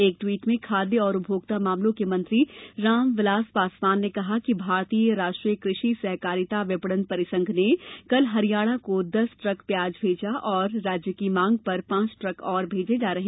एक ट्वीट में खाद्य और उपभोक्ता मामलों के मंत्री रामविलास पासवान ने कहा है कि भारतीय राष्ट्रीय कृषि सहकारिता विपणन परिसंघ ने कल हरियाणा को दस ट्रक प्याज भेजा और राज्य की मांग पर पांच ट्रक और भेजे जा रहे हैं